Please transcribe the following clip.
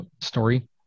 story